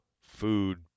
food